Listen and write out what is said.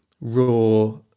raw